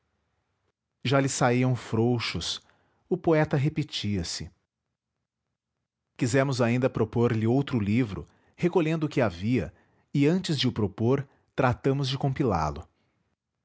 já lhe saíam frouxos o poeta repetia-se quisemos ainda assim propor lhe outro livro recolhendo o que havia e antes de o propor tratamos de compilá lo